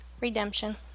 Redemption